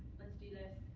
let's do this.